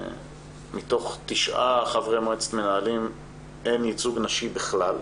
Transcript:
מתוך תשעה חברי מועצת מנהלים, אין ייצוג נשי בכלל.